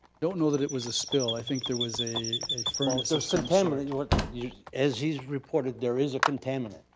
don't know that it was a spill, i think there was a a furnace of so some sort. as he's reported there is a contaminate.